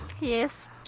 Yes